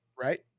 right